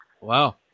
Wow